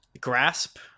grasp